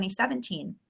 2017